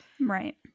Right